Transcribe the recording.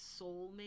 soulmate